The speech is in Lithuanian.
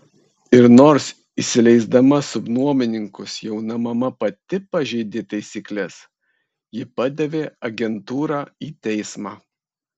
ir nors įsileisdama subnuomininkus jauna mama pati pažeidė taisykles ji padavė agentūrą į teismą